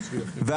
כולנו,